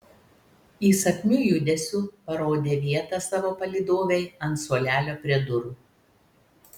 įsakmiu judesiu parodė vietą savo palydovei ant suolelio prie durų